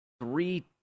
three